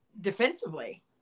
defensively